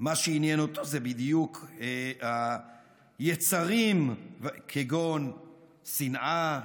מה שעניין אותו זה בדיוק היצרים כגון שנאה,